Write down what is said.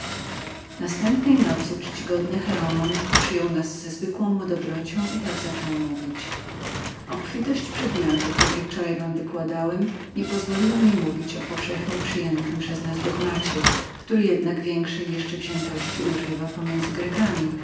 następnej nocy szanowny cheremon przyjął nas ze zwykłą mu dobrocią i tak zaczął mówić obfitość przedmiotów jakie wczoraj wam wykładałem nie pozwoliła mi mówić o powszechnie przyjętym przez nas dogmacie który jednak większej jeszcze wziętości używa pomiędzy grekami z